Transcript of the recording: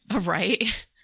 right